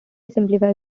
simplifies